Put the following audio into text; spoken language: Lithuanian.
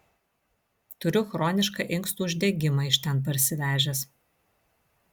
turiu chronišką inkstų uždegimą iš ten parsivežęs